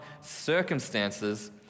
circumstances